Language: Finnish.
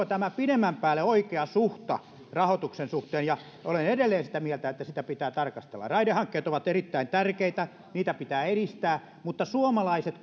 tämä pidemmän päälle oikea suhde rahoituksen suhteen ja olen edelleen sitä mieltä että sitä pitää tarkastella raidehankkeet ovat erittäin tärkeitä niitä pitää edistää mutta suomalaiset